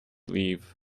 leave